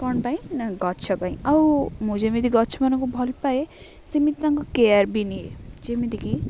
କ'ଣ ପାଇଁ ନା ଗଛ ପାଇଁ ଆଉ ମୁଁ ଯେମିତି ଗଛମାନଙ୍କୁ ଭଲ ପାାଏ ସେମିତି ତାଙ୍କୁ କେୟାର୍ ବି ନିଏ ଯେମିତିକି